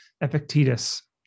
Epictetus